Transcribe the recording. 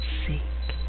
seek